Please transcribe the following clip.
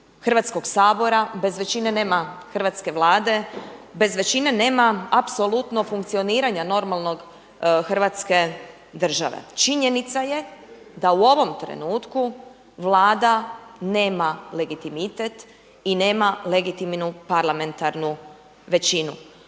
Hrvatskoga sabora, bez većine nema hrvatske Vlade, bez većine nema apsolutno funkcioniranja normalnog Hrvatske države. Činjenica je da u ovom trenutku Vlada nema legitimitet i nema legitimnu parlamentarnu većinu.